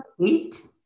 eight